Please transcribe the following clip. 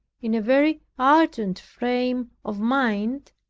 in a very ardent frame of mind,